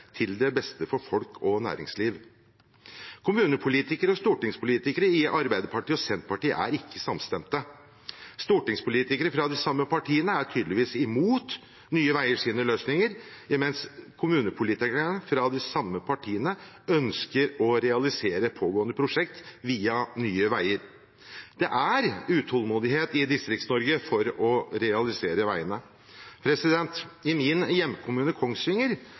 til det beste for folk og næringsliv. Kommunepolitikere og stortingspolitikere i Arbeiderpartiet og Senterpartiet er ikke samstemte. Stortingspolitikere fra disse partiene er tydeligvis imot Nye veiers løsninger, mens kommunepolitikere fra de samme partiene ønsker å realisere pågående prosjekt via Nye veier. Det er utålmodighet i Distrikts-Norge etter å realisere veiene. I min hjemkommune, Kongsvinger,